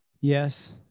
Yes